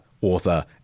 author